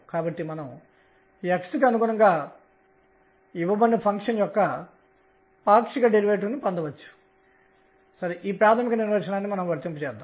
కాబట్టి ఇప్పుడు క్వాంటం నిబంధనలను వర్తింపజేద్దాం